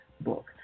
book